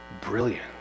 brilliant